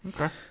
Okay